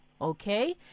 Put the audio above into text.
Okay